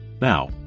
Now